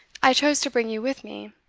i chose to bring you with me,